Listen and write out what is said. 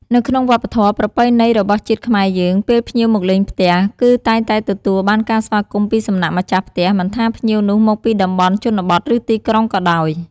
នៅក្នុងវប្បធម៌ប្រពៃណីរបស់ជាតិខ្មែរយើង ពេលភ្ញៀវមកលេងផ្ទះ គឺតែងតែទទួលបានការស្វាគមន៍ពីសំណាក់ម្ចាស់ផ្ទះ មិនថាភ្ញៀវនោះមកពីតំបន់ជនបទឬទីក្រុងក៏ដោយ។